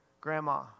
grandma